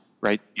right